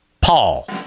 Paul